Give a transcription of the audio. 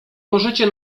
możecie